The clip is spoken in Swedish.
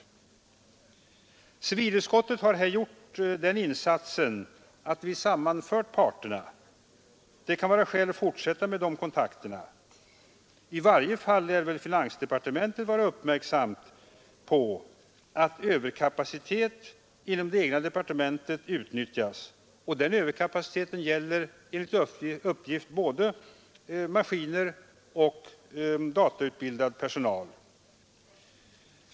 Vi i civilutskottet har här gjort den insatsen att vi sammanfört parterna. Det borde vara skäl att fortsätta med de kontakterna. I varje fall lär väl finansdepartementet vara uppmärksamt på att överkapacitet inom det egna departementet utnyttjas. Den överkapaciteten gäller enligt uppgift både maskiner och datautbildad personal.